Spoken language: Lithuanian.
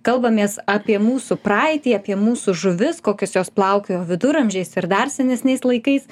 kalbamės apie mūsų praeitį apie mūsų žuvis kokios jos plaukiojo viduramžiais ir dar senesniais laikais